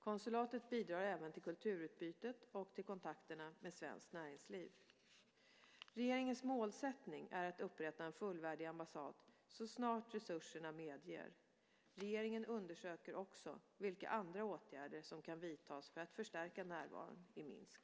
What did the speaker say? Konsulatet bidrar även till kulturutbytet och kontakterna med svenskt näringsliv. Regeringens målsättning är att upprätta en fullvärdig ambassad så snart resurserna medger. Regeringen undersöker också vilka andra åtgärder som kan vidtas för att förstärka närvaron i Minsk.